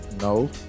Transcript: No